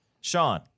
Sean